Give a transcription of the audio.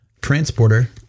transporter